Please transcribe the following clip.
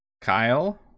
kyle